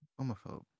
homophobe